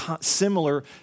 similar